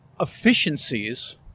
efficiencies